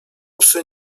psy